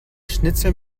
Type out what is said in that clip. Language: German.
schnitzel